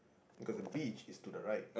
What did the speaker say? because the beach is to the right